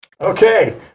Okay